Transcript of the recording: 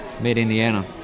mid-Indiana